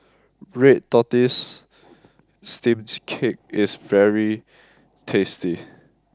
Red Tortoise Steamed Cake is very tasty